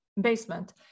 basement